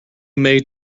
maid